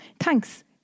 Thanks